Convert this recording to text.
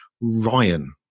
Ryan